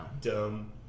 Dumb